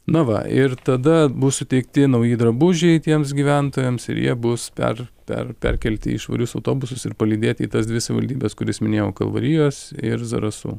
na va ir tada bus suteikti nauji drabužiai tiems gyventojams ir jie bus per per perkelti į švarius autobusus ir palydėti į tas dvi savivaldybes kurias minėjau kalvarijos ir zarasų